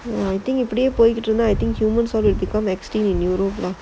you know I think இப்படியே போய்கிட்டு இருந்தா:ippadiyae poikittu irunthaa human all become extinct in europe lah